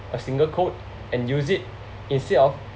a single quote and use it instead of